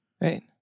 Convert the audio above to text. Right